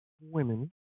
women